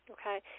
Okay